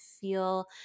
feel